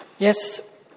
Yes